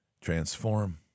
transform